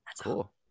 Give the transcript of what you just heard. cool